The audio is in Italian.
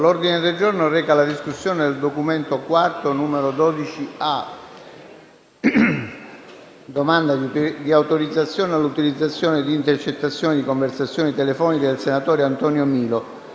L'ordine del giorno reca la discussione del documento: «Domanda di autorizzazione all'utilizzazione di intercettazioni di conversazioni telefoniche del senatore Antonio Milo,